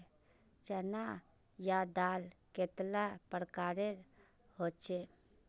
चना या दाल कतेला प्रकारेर होचे?